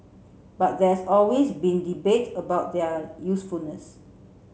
but there's always been debate about their usefulness